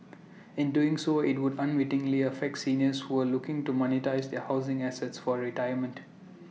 in doing so IT would unwittingly affect seniors who are looking to monetise their housing assets for retirement